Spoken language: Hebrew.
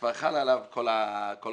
כבר חלות עליו כל החובות.